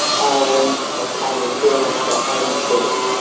and obtaining furniture and carers.